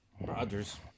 Rodgers